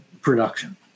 production